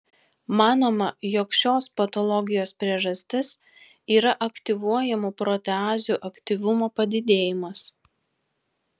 manoma jog šios patologijos priežastis yra aktyvuojamų proteazių aktyvumo padidėjimas